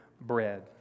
bread